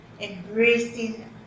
embracing